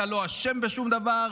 אתה לא אשם בשום דבר,